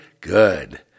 good